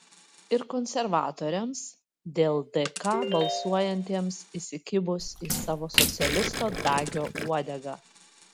ir konservatoriams dėl dk balsuojantiems įsikibus į savo socialisto dagio uodegą